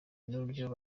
nuburyo